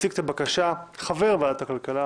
יציג את הבקשה חבר ועדת הכלכלה